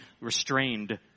restrained